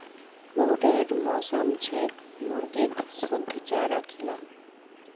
फ्लूरेर मौसम छेक मुर्गीक शुद्ध चारा खिला